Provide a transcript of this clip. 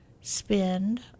spend